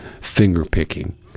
finger-picking